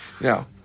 Now